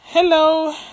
Hello